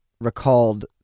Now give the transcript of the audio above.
recalled